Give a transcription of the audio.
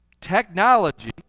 Technology